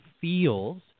feels